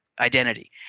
identity